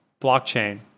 blockchain